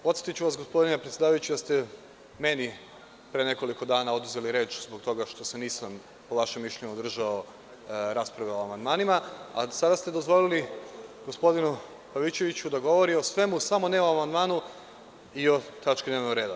Podsetiću vas, gospodine predsedavajući, da ste meni pre nekoliko dana oduzeli reč zbog toga što se nisam, po vašem mišljenju, državo rasprave o amandmanima, a sada ste dozvolili gospodinu Pavićeviću da govori o svemu, samo ne o amandmanu i o tački dnevnog reda.